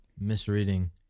misreading